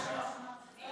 אני לפני.